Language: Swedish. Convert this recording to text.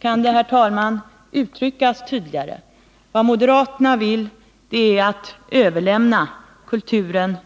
Kan det, herr talman, uttryckas tydligare? Vad moderaterna vill är att än mer överlämna kulturen